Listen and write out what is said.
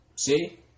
See